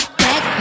back